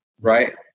right